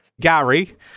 gary